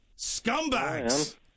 Scumbags